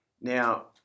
now